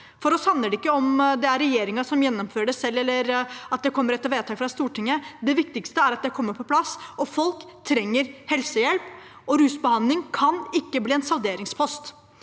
For oss handler det ikke om det er regjeringen som gjennomfører det selv, eller om det kommer et vedtak fra Stortinget, det viktigste er at det kommer på plass. Folk trenger helsehjelp, og rusbehandling kan ikke bli en salderingspost.